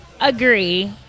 agree